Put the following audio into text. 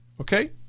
Okay